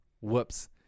Whoops